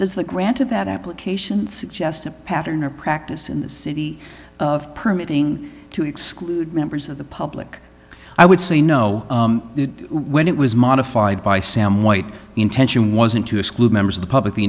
that granted that applications just a pattern or practice in the city of permitting to exclude members of the public i would say no when it was modified by sam white the intention wasn't to exclude members of the public the